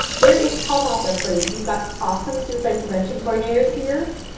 there is help out there for you. you've got awesome suicide prevention coordinators here,